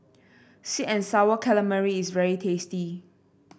sweet and sour calamari is very tasty